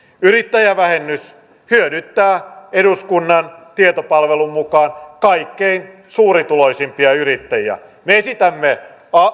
yrittäjävähennys hyödyttää eduskunnan tietopalvelun mukaan kaikkein suurituloisimpia yrittäjiä me esitämme